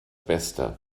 beste